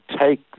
take